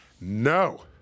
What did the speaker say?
no